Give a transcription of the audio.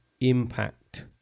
impact